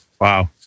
Wow